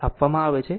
29 ampere છે